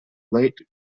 late